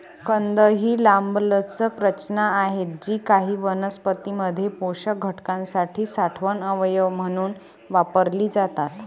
कंद ही लांबलचक रचना आहेत जी काही वनस्पतीं मध्ये पोषक घटकांसाठी साठवण अवयव म्हणून वापरली जातात